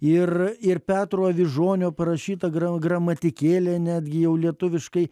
ir ir petro avižonio parašyta gra gramatikėlė netgi jau lietuviškai